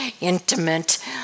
intimate